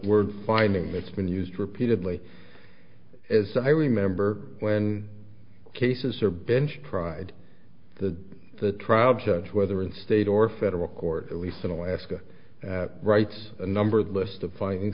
word whining it's been used repeatedly as i remember when cases are bench pride the the trial judge whether in state or federal court at least in alaska writes a number of list of finding